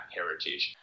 Heritage